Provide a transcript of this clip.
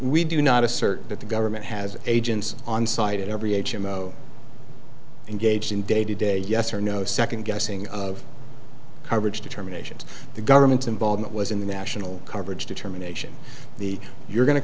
we do not assert that the government has agents on site every h m o engaged in day to day yes or no second guessing of coverage determinations the government's involvement was in the national coverage determination the you're going to